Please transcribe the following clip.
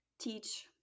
teach